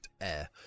air